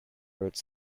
wrote